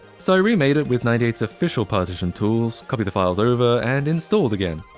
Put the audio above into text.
so i remade it with ninety eight s official partition tools, copied the files over, and installed again.